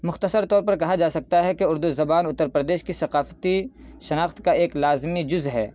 مختصر طور پر کہا جا سکتا ہے کہ اردو زبان اتّر پردیش کی ثقافتی شناخت کا ایک لازمی جز ہے